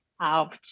out